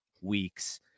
weeks